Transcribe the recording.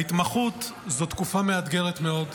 ההתמחות זו תקופה מאתגרת מאוד.